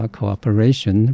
cooperation